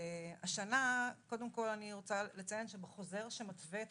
השנה אני רוצה לציין שבחוזר שמתווה את